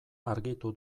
argitu